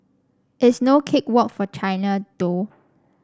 it's no cake walk for China though